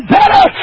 better